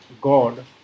God